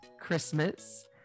Christmas